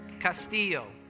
Castillo